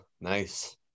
Nice